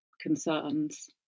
concerns